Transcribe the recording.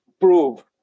prove